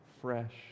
fresh